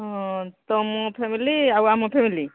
ହଁ ତମ ଫ୍ୟାମିଲି ଆଉ ଆମ ଫ୍ୟାମିଲି